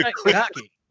hockey